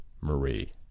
Marie